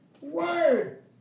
word